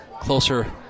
closer